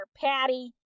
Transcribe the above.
Patty